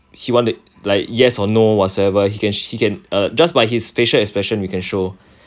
he wants it like yes or no whatsoever he can he can just by his facial expression he can show